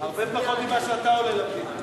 הרבה פחות ממה שאתה עולה למדינה.